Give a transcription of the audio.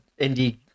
indie